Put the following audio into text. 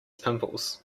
pimples